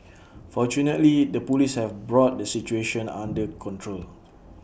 fortunately the Police have brought the situation under control